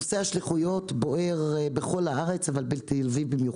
נושא השליחויות בוער בכל הארץ אבל במיוחד בתל אביב.